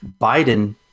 Biden